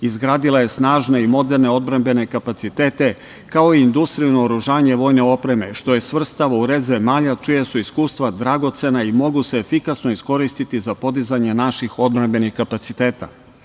Izgradila je snažne i moderne odbrambene kapacitete, kao i industriju naoružanja i vojne opreme, što je svrstava u red zemalja čija su iskustva dragocena i mogu se efikasno iskoristiti za podizanje naših odbrambenih kapaciteta.